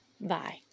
bye